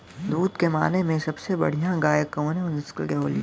दुध के माने मे सबसे बढ़ियां गाय कवने नस्ल के होली?